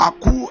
Aku